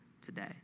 today